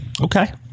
Okay